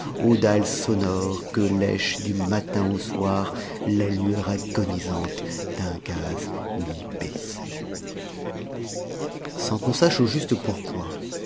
dalles sonores que lèche du matin au soir la lueur agonisante d'un gaz mi baissé sans qu'on sache au juste pourquoi